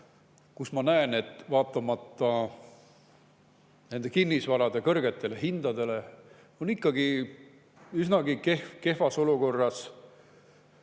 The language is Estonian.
kus ma näen, et vaatamata kinnisvara kõrgetele hindadele on ikkagi üsnagi kehvas olukorras